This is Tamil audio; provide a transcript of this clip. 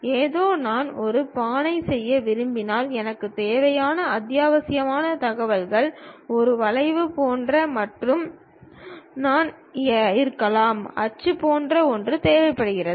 ஏதோ நான் ஒரு பானை செய்ய விரும்பினால் எனக்குத் தேவையான அத்தியாவசிய தகவல்கள் ஒரு வளைவு போன்றது மற்றும் நான் இருக்கலாம் அச்சு போன்ற ஒன்று தேவைப்படுகிறது